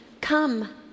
come